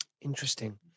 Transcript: Interesting